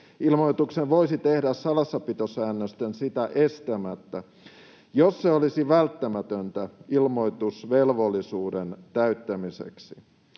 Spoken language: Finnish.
Ilmoituksen voisi tehdä salassapitosäännösten sitä estämättä, jos se olisi välttämätöntä ilmoitusvelvollisuuden täyttämiseksi.